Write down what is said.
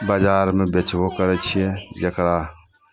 बाजारमे बेचबो करै छियै जकरा